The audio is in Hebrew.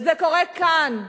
וזה קורה כאן.